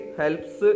helps